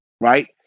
right